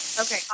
Okay